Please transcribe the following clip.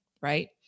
right